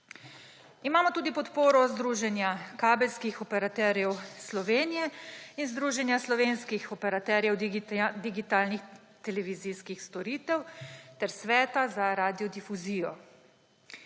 Imamo tudi podporo Združenja kabelskih operaterjev Slovenije in Združenja slovenskih operaterjev digitalnih televizijskih storitev ter Sveta za radiodifuzijo.